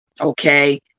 Okay